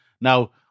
Now